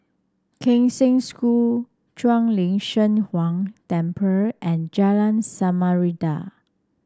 Kheng Cheng School Shuang Lin Cheng Huang Temple and Jalan Samarinda